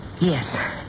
Yes